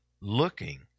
looking